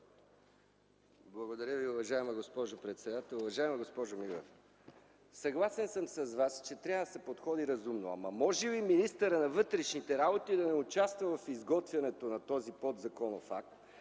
Благодаря Ви, уважаема госпожо председател. Уважаема госпожо Милева, съгласен съм с Вас, че трябва да се подходи разумно, но може ли министърът на вътрешните работи да не участва в изготвянето на този подзаконов акт,